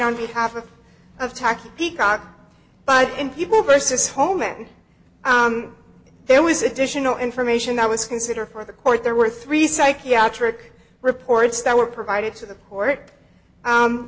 on behalf of tacky peacock but in people versus home men there was additional information that was consider for the court there were three psychiatric reports that were provided to the court